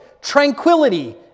tranquility